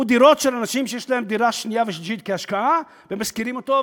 יש דירות של אנשים שיש להם דירה שנייה ושלישית כהשקעה והם משכירים אותן,